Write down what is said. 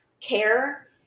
care